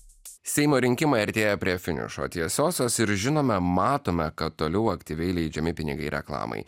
seimo rinkimai artėja prie finišo tiesiosios ir žinome matome kad toliau aktyviai leidžiami pinigai reklamai